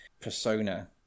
persona